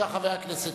תודה רבה.